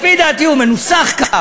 לפי דעתי הוא מנוסח כך,